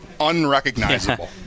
unrecognizable